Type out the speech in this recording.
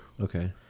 okay